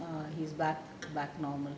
err he's back back normal